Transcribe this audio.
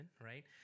right